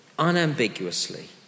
unambiguously